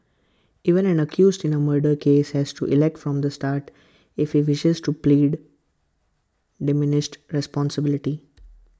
even an accused in A murder case has to elect from the start if he wishes to plead diminished responsibility